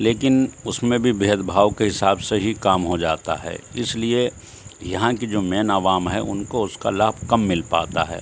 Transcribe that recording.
لیکن اس میں بھی بھیدبھاؤ کے حساب سے ہی کام ہو جاتا ہے اس لیے یہاں کی جو مین عوام ہے ان کو اس کا لابھ کم مل پاتا ہے